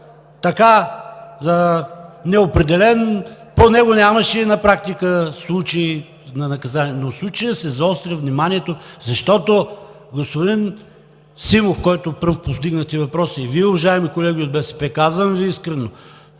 доста неопределен, по него нямаше на практика случаи на наказание, но в случая се заостря вниманието, защото господин Симов, който пръв повдигна тези въпроси и Вие, уважаеми колеги от БСП, казвам Ви искрено